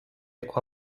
eco